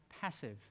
passive